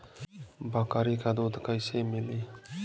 बकरी क दूध कईसे मिली?